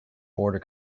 border